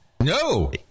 No